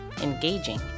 engaging